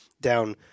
down